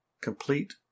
complete